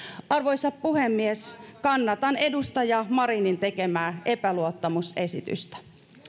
arvoisa puhemies kannatan edustaja marinin tekemää epäluottamusesitystä